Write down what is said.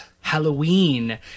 Halloween